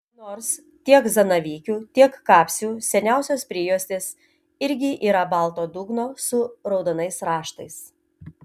nors tiek zanavykių tiek kapsių seniausios prijuostės irgi yra balto dugno su raudonais raštais